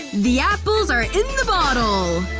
the apples are in the bottle!